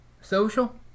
social